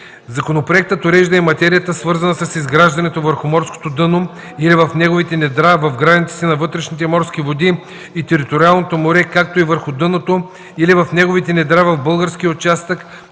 Законопроектът урежда и материята, свързана с изграждането върху морското дъно или в неговите недра в границите на вътрешните морски води и териториалното море, както и върху дъното или в неговите недра в българския участък